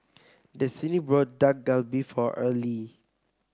Destini bought Dak Galbi for Earlie